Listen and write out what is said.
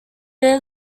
their